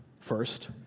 first